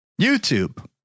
YouTube